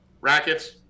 Rackets